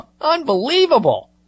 Unbelievable